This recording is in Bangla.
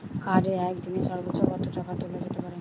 কার্ডে একদিনে সর্বোচ্চ কত টাকা তোলা যেতে পারে?